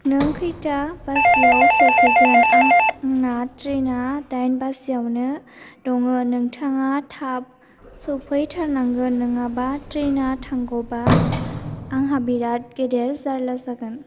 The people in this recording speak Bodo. नों खैथा बाजियाव सौफैगोन आंना ट्रेना डाइन बाजियावनो दङ नोंथाङा थाब सौफैथारनांगोन नङाबा ट्रेना थांग'बा आंहा बिराद गेदेर जारला जागोन